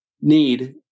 need